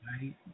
right